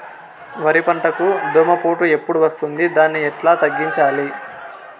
వరి పంటకు దోమపోటు ఎప్పుడు వస్తుంది దాన్ని ఎట్లా తగ్గించాలి?